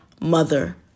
mother